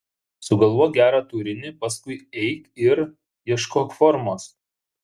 sugalvok gerą turinį paskui eik ir ieškok formos